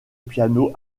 piano